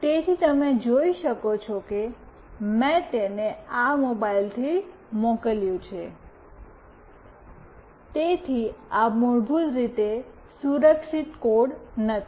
તેથી તમે જોઈ શકો છો કે મેં તેને આ મોબાઇલથી મોકલ્યું છે તેથી આ મૂળભૂત રીતે સુરક્ષિત કોડ નથી